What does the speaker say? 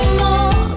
more